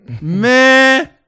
Man